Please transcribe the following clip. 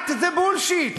cut the bullshit,